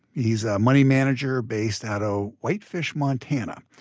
he's a money manager based out of whitefish, montana,